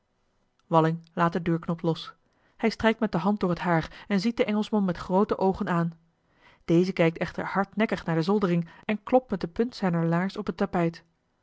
walling laat den deurknop los hij strijkt met de hand door het haar en ziet den engelschman met groote oogen aan deze kijkt echter hardnekkig naar de zoldering en klopt met de punt zijner laars op het tapijt